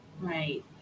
right